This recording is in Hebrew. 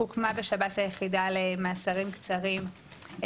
הוקמה בשב"ס היחידה למאסרים קצרים,